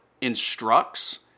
instructs